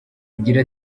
agira